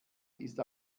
ist